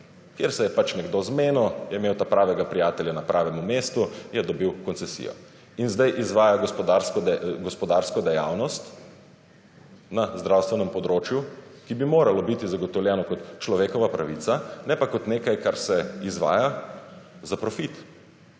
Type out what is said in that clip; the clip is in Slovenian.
kjer se je pač nekdo zmenil, je imel tapravega prijatelja na pravemu mestu, je dobil koncesijo. In zdaj izvaja gospodarsko dejavnost na zdravstvenem področju, ki bi moralo biti zagotovljeno kot človekova pravica, ne pa kot nekaj, kar se izvaja za profit,